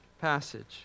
passage